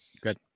Good